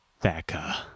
Becca